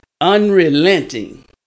unrelenting